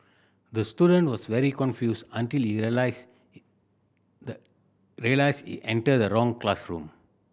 the student was very confused until he realised realised he entered the wrong classroom